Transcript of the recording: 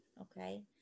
okay